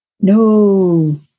no